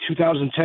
2010